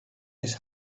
his